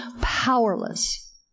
powerless